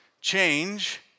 change